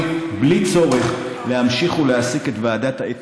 בלי צורך להמשיך ולהעסיק את ועדת האתיקה,